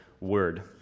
word